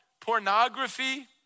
pornography